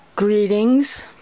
Greetings